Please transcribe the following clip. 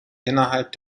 innerhalb